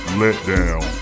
letdown